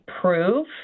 prove